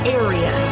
area